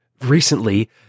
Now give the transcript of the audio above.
recently